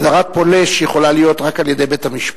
הגדרת "פולש" יכולה להיות רק על-ידי בית-המשפט.